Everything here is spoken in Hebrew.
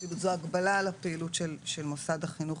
כאילו זו הגבלה על הפעילות של מוסד החינוך,